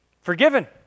forgiven